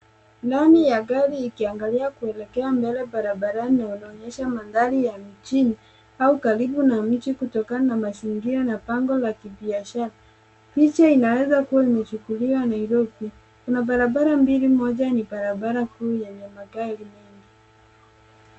Lami ya gari ikiangalia kuelekea mbele barabarani yanaonyesha mandhari ya mijini au karibu na miji kutokana na mazingira na bango ya kibiashara. Picha inaweza kuwa imechukuliwa Nairobi. Kuna barabara mbili, moja ni barabara kuu yenye magari mingi.